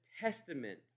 testament